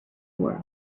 world